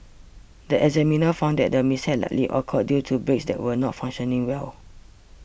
the examiner found that the mishap likely occurred due to brakes that were not functioning well